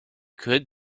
could